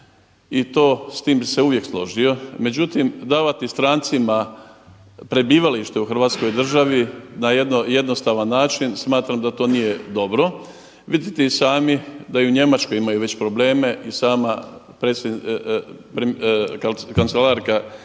I s tim bih se uvijek složio. Međutim, davati strancima prebivalište u Hrvatskoj državi na jednostavan način, smatram da to nije dobro. Vidite i sami da i u Njemačkoj imaju već probleme i sama kancelarska